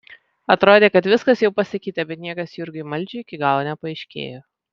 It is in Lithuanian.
atrodė kad viskas jau pasakyta bet niekas jurgiui maldžiui iki galo nepaaiškėjo